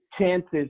chances